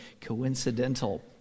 Coincidental